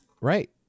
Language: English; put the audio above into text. Right